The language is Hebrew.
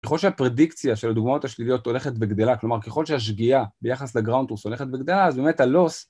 ככל שהפרדיקציה של הדוגמאות השליליות הולכת וגדלה, כלומר ככל שהשגיאה ביחס לגראונטוס הולכת וגדלה אז באמת הלוס